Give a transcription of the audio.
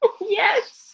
Yes